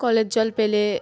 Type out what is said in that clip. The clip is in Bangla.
কলের জল পেলে